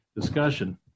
discussion